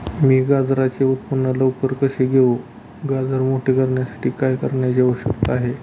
मी गाजराचे उत्पादन लवकर कसे घेऊ? गाजर मोठे करण्यासाठी काय करण्याची आवश्यकता आहे?